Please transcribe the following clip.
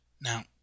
Now